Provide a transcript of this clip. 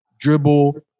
dribble